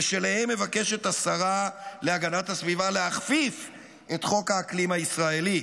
ושאליהם מבקשת השרה להגנת הסביבה להכפיף את חוק האקלים הישראלי.